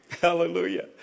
Hallelujah